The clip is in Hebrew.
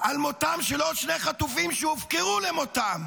על מותם של עוד שני חטופים שהופקרו למותם.